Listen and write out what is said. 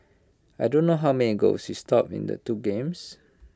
I don't know how many goals he stopped in the two games